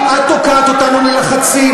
את תוקעת אותנו בלחצים,